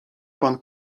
pan